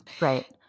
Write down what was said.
Right